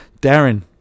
Darren